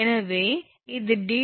எனவே இது 𝑑2 − 𝑑1 h